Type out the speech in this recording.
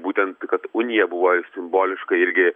būtent kad unija buvo simboliška irgi